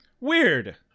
Weird